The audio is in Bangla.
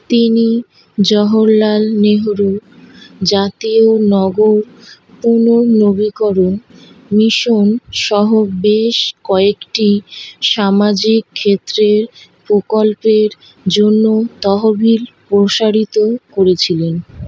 তিনি জওহরলাল নেহরু জাতীয় নগর পুনর্নবীকরণ মিশন সহ বেশ কয়েকটি সামাজিক ক্ষেত্রের প্রকল্পের জন্য তহবিল প্রসারিত করেছিলেন